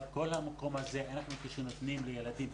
אבל כל המקום הזה, אנחנו שנותנים לילדים.